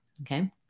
okay